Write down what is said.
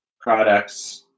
products